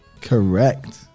Correct